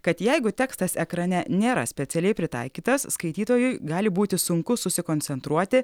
kad jeigu tekstas ekrane nėra specialiai pritaikytas skaitytojui gali būti sunku susikoncentruoti